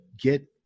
get